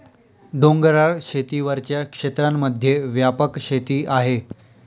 डोंगराळ शेती वरच्या क्षेत्रांमध्ये व्यापक शेती आहे